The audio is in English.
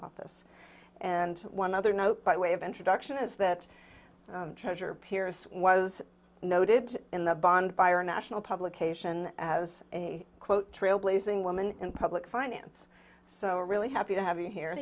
office and one other note by way of introduction is that treasure pierce was noted in the bond buyer national publication as a quote trailblazing woman in public finance so really happy to have you here